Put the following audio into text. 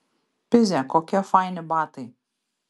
pizė kokie faini batai